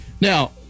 Now